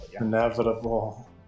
Inevitable